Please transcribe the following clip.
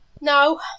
No